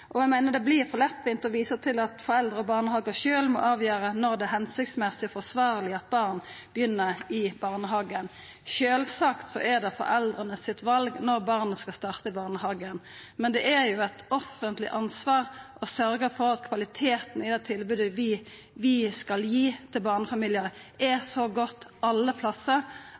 måte. Eg meiner det vert for lettvint å visa til at foreldre og barnehagar sjølve må avgjera når det er hensiktsmessig og forsvarleg at barn begynner i barnehagen. Sjølvsagt er det foreldra sitt val når barnet skal starta i barnehagen, men det er eit offentleg ansvar å sørgja for at kvaliteten i det tilbodet vi skal gi til barnefamiliar, er så godt alle plassar